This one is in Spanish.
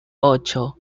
ocho